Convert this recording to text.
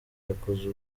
yakoze